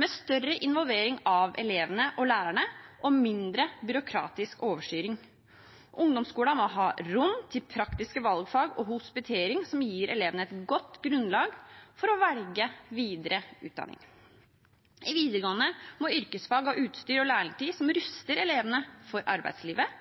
med større involvering av elevene og lærerne og mindre byråkratisk overstyring. Ungdomsskolen må ha rom til praktiske valgfag og hospitering som gir elevene et godt grunnlag for å velge videre utdanning. I videregående må yrkesfag ha utstyr og lærlingtid som ruster elevene for arbeidslivet,